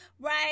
right